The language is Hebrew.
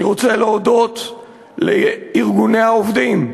אני רוצה להודות לארגוני העובדים,